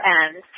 end